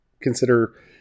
consider